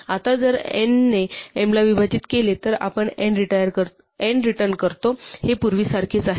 आता जर n ने m ला विभाजित केले तर आपण n रिटर्न करतो हे पूर्वीसारखेच आहे